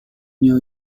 new